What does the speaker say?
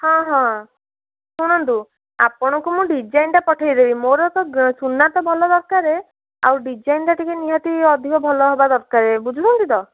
ହଁ ହଁ ଶୁଣନ୍ତୁ ଆପଣଙ୍କୁ ମୁଁ ଡିଜାଇନଟା ପଠାଇଦେବି ମୋର ତ ଗ ସୁନା ତ ଭଲ ଦରକାର ଆଉ ଡିଜାଇନଟା ଟିକେ ନିହାତି ଅଧିକ ଭଲ ହେବା ଦରକାରେ ବୁଝୁଛନ୍ତି ତ